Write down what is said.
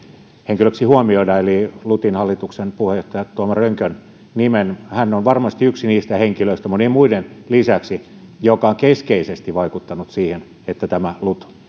henkilöksi huomioida eli lutin hallituksen puheenjohtaja tuomo rönkön nimen hän on varmasti yksi niistä henkilöistä monien muiden lisäksi joka on keskeisesti vaikuttanut siihen että tämä lut